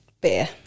beer